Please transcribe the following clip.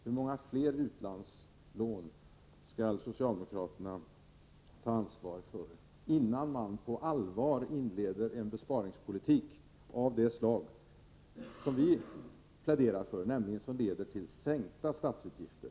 Hur många fler utlandslån skall socialdemokraterna ta ansvar för innan man på allvar inleder en besparingspolitik av det slag vi pläderar för, nämligen en som leder till sänkta statsutgifter?